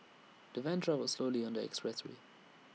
the van travelled slowly on the expressway